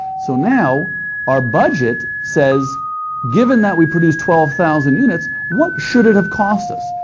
so now our budget says given that we produced twelve thousand units, what should it have cost us?